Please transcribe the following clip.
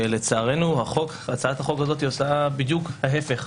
לצערנו הצעת החוק הזו עושה בדיוק ההפך.